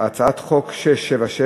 הצעת חוק מ/677,